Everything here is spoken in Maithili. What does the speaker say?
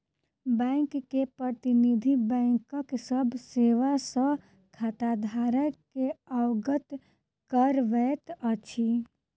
बैंक के प्रतिनिधि, बैंकक सभ सेवा सॅ खाताधारक के अवगत करबैत अछि